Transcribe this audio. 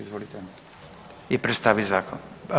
Izvolite i predstavite zakon.